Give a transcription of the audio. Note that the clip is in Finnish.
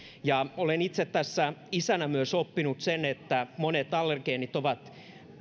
olen itse tässä isänä myös oppinut sen että monet allergeenit ovat